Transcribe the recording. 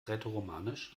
rätoromanisch